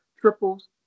triples